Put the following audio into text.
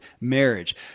marriage